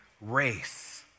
race